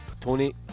Tony